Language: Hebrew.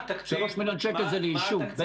3 מיליון שקל בערך זה ליישוב.